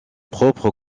propres